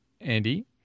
Andy